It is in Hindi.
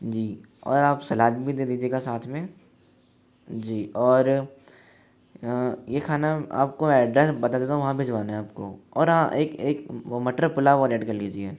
जी और आप सलाद भी दे दीजिएगा साथ में जी और यह खाना आपको एड्रेस बता देता रहा हूं वहाँ भिजवाना है आपको और हाँ एक एक मटर पुलाव और एैड कर लीजिए